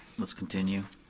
let's continue.